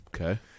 Okay